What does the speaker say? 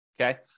okay